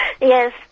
Yes